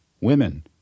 women